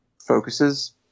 focuses